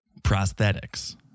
prosthetics